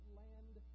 land